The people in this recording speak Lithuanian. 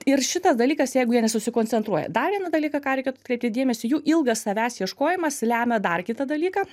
ir šitas dalykas jeigu jie nesusikoncentruoja dar vieną dalyką ką reikėtų atkreipti dėmesį jų ilgas savęs ieškojimas lemia dar kitą dalyką